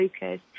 focus